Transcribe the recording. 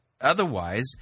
Otherwise